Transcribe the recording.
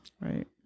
Right